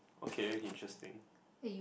okay okay interesting